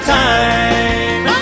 time